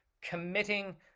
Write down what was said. committing